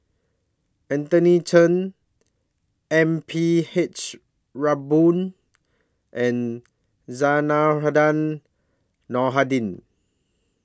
Anthony Chen M P H Rubin and Zainudin